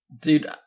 Dude